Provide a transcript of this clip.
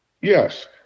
Yes